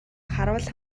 харуул